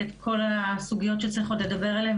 את כל הסוגיות שצריך עוד לדבר עליהן,